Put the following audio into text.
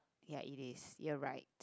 ya it is you're right